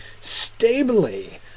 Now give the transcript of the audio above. stably